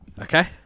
okay